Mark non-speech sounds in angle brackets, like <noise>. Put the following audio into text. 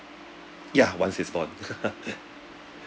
ya once it's born <laughs>